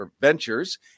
Ventures